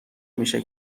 میشه